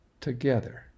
together